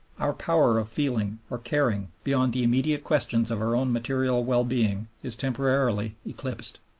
our power of feeling or caring beyond the immediate questions of our own material well-being is temporarily eclipsed.